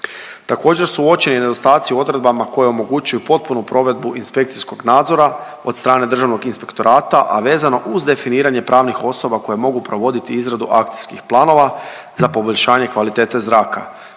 Također su uočeni nedostaci u odredbama koje omogućuju potpunu provedbu inspekcijskog nadzora od strane Državnog inspektorata, a vezano uz definiranje pravnih osoba koje mogu provoditi i izradu akcijskih planova za poboljšanje kvalitete zraka